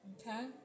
okay